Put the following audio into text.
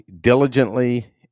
diligently